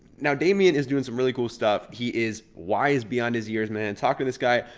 now damien is doing some really cool stuff. he is wise beyond his years, man and talk to this guy.